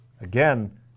again